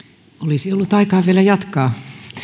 olisi ollut aikaa vielä jatkaa